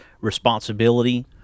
responsibility